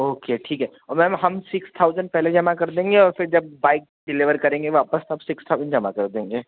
okay ठीक है और मैम हम सिक्स थाउसेन्ड पहले जमा कर देंगे और फ़िर जब बाइक डिलीवर करेंगे वापस तब सिक्स थाउजेंड जमा कर देंगे